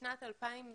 בשנת 2020